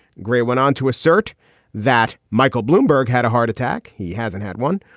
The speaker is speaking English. great went on to assert that michael bloomberg had a heart attack. he hasn't had one.